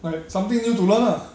like something new to learn lah